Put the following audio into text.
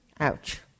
Ouch